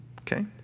Okay